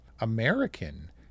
American